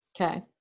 okay